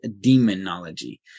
demonology